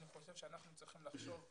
אני חושב שאנחנו צריכים לחשוב.